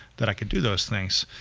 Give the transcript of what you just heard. that i could do those things.